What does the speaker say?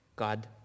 God